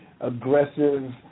aggressive